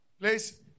Please